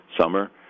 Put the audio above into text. summer